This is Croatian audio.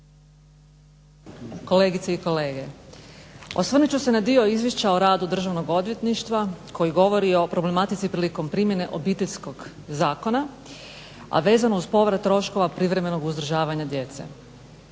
kolegice i kolege. Osvrnut ću se na dio Izvješća o radu Državnog odvjetništva koji govori o problematici prilikom primjene Obiteljskog zakona, a vezano uz povrat troškova privremenog uzdržavanja djece.